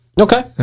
Okay